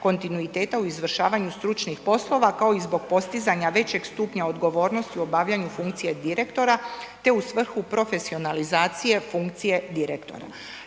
kontinuiteta u izvršavanju stručnih poslova kao i zbog postizanja većeg stupnja odgovornosti u obavljanju funkcije direktora te u svrhu profesionalizacije funkcije direktora.